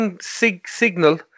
signal